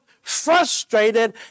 frustrated